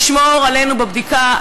ישמור עלינו בבדיקה,